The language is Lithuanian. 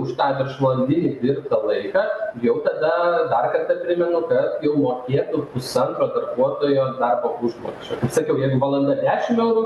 už tą viršvalandinį dirbtą laiką jau tada dar kartą primenu kad jau mokėtų pusantro darbuotojo darbo užmokesčio sakiau jeigu valanda trečiam eurų